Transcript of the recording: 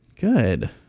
Good